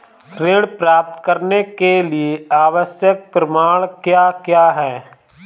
ऋण प्राप्त करने के लिए आवश्यक प्रमाण क्या क्या हैं?